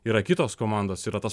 yra kitos komandos yra tos